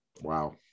Wow